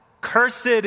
cursed